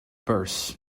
purse